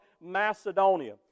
Macedonia